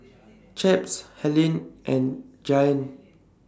Chaps Helen and Giant